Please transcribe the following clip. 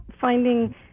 finding